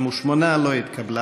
58. לא התקבלה.